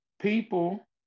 people